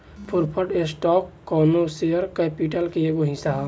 preferred stock कौनो share capital के एगो हिस्सा ह